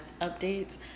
updates